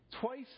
Twice